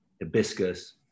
hibiscus